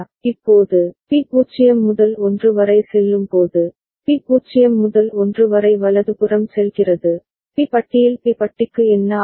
இப்போது பி 0 முதல் 1 வரை செல்லும்போது பி 0 முதல் 1 வரை வலதுபுறம் செல்கிறது பி பட்டியில் பி பட்டிக்கு என்ன ஆகும்